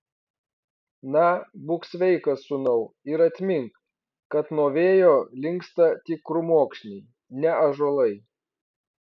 na būk sveikas sūnau ir atmink kad nuo vėjo linksta tik krūmokšniai ne ąžuolai